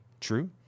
true